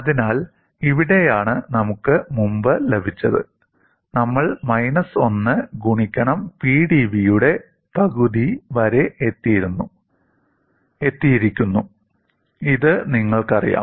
അതിനാൽ ഇവിടെയാണ് നമുക്ക് മുമ്പ് ലഭിച്ചത് നമ്മൾ മൈനസ് 1 ഗുണിക്കണം Pdv യുടെ പകുതി വരെ എത്തിയിരിക്കുന്നു ഇത് നിങ്ങൾക്കറിയാം